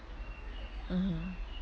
mmhmm